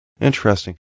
Interesting